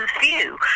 view